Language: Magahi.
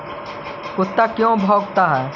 कुत्ता क्यों भौंकता है?